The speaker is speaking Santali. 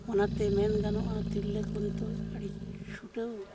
ᱚᱱᱟᱛᱮ ᱢᱮᱱ ᱜᱟᱱᱚᱜᱼᱟ ᱛᱤᱨᱞᱟᱹ ᱠᱚ ᱱᱤᱛᱳᱜ ᱟᱹᱰᱤ ᱪᱷᱩᱴᱟᱹᱣ